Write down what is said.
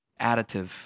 additive